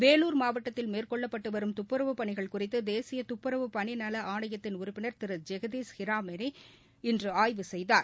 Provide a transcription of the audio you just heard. வேலூர் மாவட்டத்தில் மேற்கொள்ளப்பட்டு வரும் துப்புரவு பணிகள் குறித்து தேசிய துப்புரவு பணி நல ஆணையத்தின் உறுப்பினர் திரு ஜெகதீஷ் ஹிரேமணி இன்று ஆய்வு செய்தார்